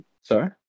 Sorry